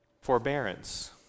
forbearance